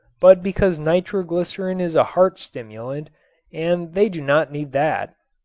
but because nitroglycerin is a heart stimulant and they do not need that.